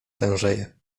tężeje